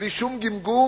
בלי שום גמגום,